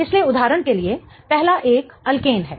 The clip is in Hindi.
इसलिए उदाहरण के लिए पहला एक अल्केन है